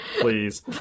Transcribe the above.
Please